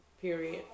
period